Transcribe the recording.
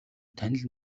танил